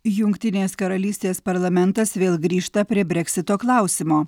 jungtinės karalystės parlamentas vėl grįžta prie breksito klausimo